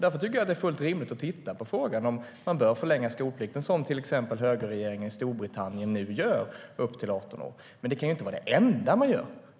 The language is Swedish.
Därför tycker jag att det är fullt rimligt att titta på frågan om vi bör förlänga skolplikten till 18 år, som till exempel högerregeringen i Storbritannien nu gör. Men det kan inte vara det enda vi gör.